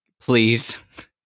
Please